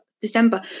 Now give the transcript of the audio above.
december